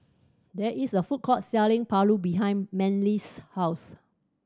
there is a food court selling paru behind Manly's house